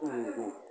ಹ್ಞೂ ಹ್ಞೂ